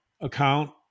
account